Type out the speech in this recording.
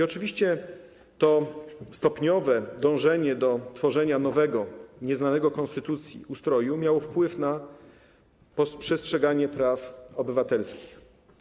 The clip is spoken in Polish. Oczywiście to stopniowe dążenie do tworzenia nowego, nieznanego konstytucji ustroju miało wpływ na przestrzeganie praw obywatelskich.